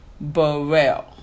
Burrell